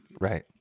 right